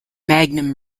magnum